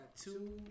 two